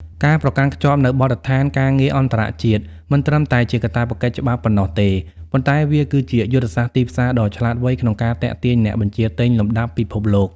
ការប្រកាន់ខ្ជាប់នូវបទដ្ឋានការងារអន្តរជាតិ មិនត្រឹមតែជាកាតព្វកិច្ចច្បាប់ប៉ុណ្ណោះទេ ប៉ុន្តែវាគឺជាយុទ្ធសាស្ត្រទីផ្សារដ៏ឆ្លាតវៃក្នុងការទាក់ទាញអ្នកបញ្ជាទិញលំដាប់ពិភពលោក។